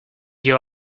your